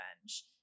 revenge